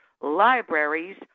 libraries